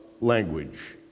language